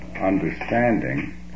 understanding